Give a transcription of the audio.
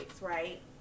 right